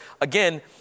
again